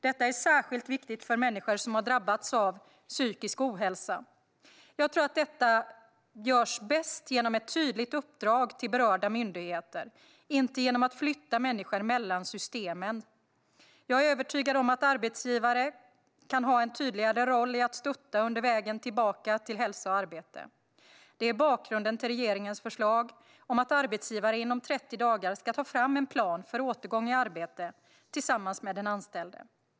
Detta är särskilt viktigt för människor som har drabbats av psykisk ohälsa. Jag tror att detta görs bäst genom ett tydligt uppdrag till berörda myndigheter, inte genom att flytta människor mellan systemen. Jag är övertygad om att arbetsgivare kan ha en tydligare roll i att stötta under vägen tillbaka till hälsa och arbete. Det är bakgrunden till regeringens förslag om att arbetsgivaren inom 30 dagar ska ta fram en plan för återgång i arbete tillsammans med den anställde.